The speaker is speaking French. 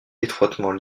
étroitement